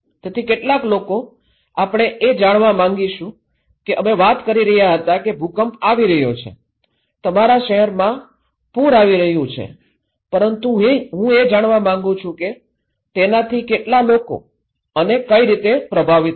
તેથી કેટલા લોકો આપણે એ જાણવા માગીશું કે અમે વાત કરી રહ્યા હતા કે ભૂકંપ આવી રહ્યો છે તમારા શહેરોમાં પૂર આવી રહ્યું છે પરંતુ હું એ જાણવા માંગુ છું કે તેનાથી કેટલા લોકો અને કઈ રીતે પ્રભાવિત થશે